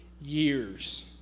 years